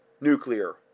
nuclear